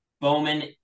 Bowman